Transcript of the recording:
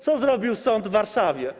Co zrobił sąd w Warszawie?